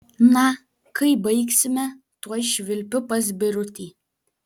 na kai baigsime tuoj švilpiu pas birutį